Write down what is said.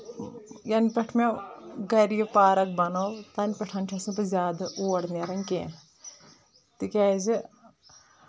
یَنہٕ پؠٹھ مےٚ گرِ یہِ پارک بنٲو تَنہٕ پؠٹھ چھَس نہٕ بہٕ زیادٕ اور نیران کینٛہہ تِکیازِ